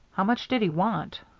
how much did he want?